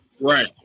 right